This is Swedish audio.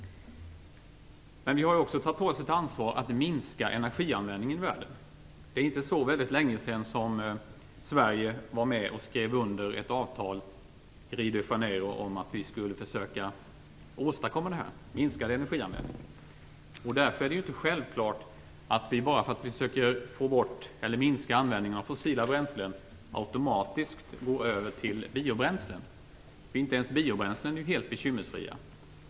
Men vi har också tagit på oss ett ansvar för att minska energianvändningen i världen. Det var inte så länge sedan Sverige i Rio de Janeiro var med och skrev under ett avtal om att vi skulle försöka åstadkomma en minskad energianvändning. Därför är det inte självklart att vi, bara för att vi försöker få bort eller minska användningen av fossila bränslen automatiskt går över till biobränslen. Inte ens biobränslen är ju helt bekymmersfria.